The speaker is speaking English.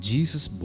Jesus